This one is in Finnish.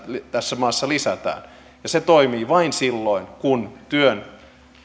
tässä maassa lisätään ja se toimii vain silloin kun työn